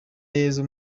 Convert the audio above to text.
yezu